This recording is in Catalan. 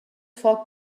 foc